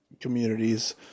communities